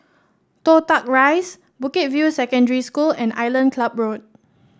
Toh Tuck Rise Bukit View Secondary School and Island Club Road